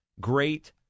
great